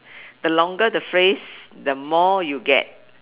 the longer the phrase the more you get